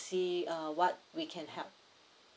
see uh what we can help